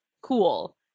Cool